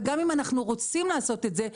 וגם אם אנחנו רוצים לעשות את זה,